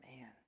man